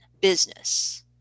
business